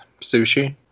Sushi